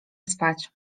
spać